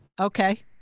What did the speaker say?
Okay